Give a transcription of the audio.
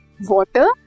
water